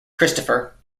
christopher